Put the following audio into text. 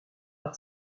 par